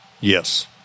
Yes